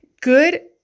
Good